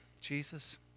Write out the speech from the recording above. Jesus